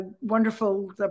wonderful